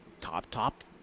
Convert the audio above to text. top-top